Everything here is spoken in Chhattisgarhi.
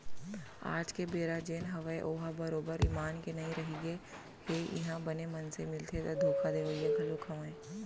आज के बेरा जेन हवय ओहा बरोबर ईमान के नइ रहिगे हे इहाँ बने मनसे मिलथे ता धोखा देवइया घलोक हवय